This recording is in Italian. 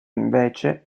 invece